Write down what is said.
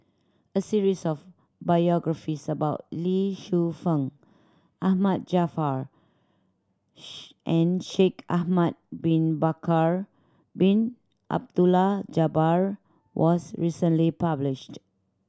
a series of biographies about Lee Shu Fen Ahmad Jaafar and Shaikh Ahmad Bin Bakar Bin Abdullah Jabbar was recently published